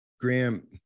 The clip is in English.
Graham